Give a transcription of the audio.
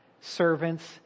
servants